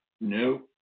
No